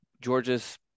Georgia's